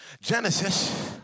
Genesis